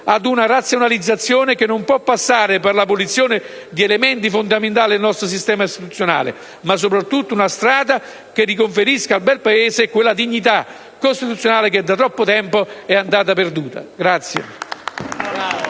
ad una razionalizzazione che non può passare per l'abolizione di elementi fondamentali del nostro sistema istituzionale; ma soprattutto una strada che riconferisca al Belpaese quella dignità costituzionale che da troppo tempo è andata perduta.